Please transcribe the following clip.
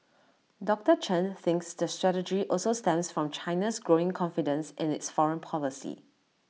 doctor Chen thinks the strategy also stems from China's growing confidence in its foreign policy